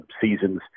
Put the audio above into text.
seasons